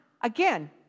again